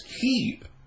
keep